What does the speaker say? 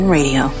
Radio